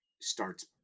starts